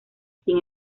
sin